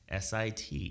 SIT